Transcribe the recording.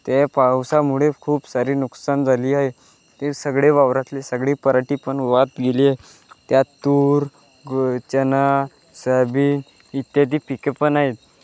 त्या पावसामुळे खूप सारी नुकसानी झाली आहे ते सगळे वावरातली सगळी पराठी पण वाहात गेली आहे त्यात तूर गूळ चणा सोयाबीन इत्यादी पिकेपण आहेत